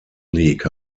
league